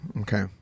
Okay